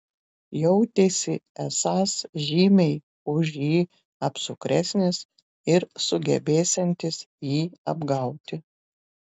jautėsi esąs žymiai už jį apsukresnis ir sugebėsiantis jį apgauti